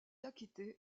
acquitté